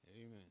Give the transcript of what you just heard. Amen